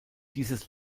dieses